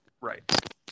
Right